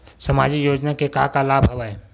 सामाजिक योजना के का का लाभ हवय?